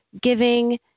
giving